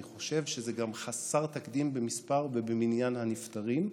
אני חושב שזה חסר תקדים גם במספר ובמניין הנפטרים.